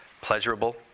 pleasurable